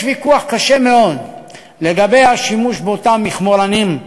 יש ויכוח קשה מאוד לגבי השימוש באותם מכמורתנים,